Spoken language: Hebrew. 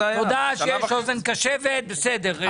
תודה שיש אוזן קשבת, בסדר.